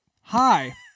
hi